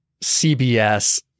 CBS